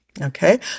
Okay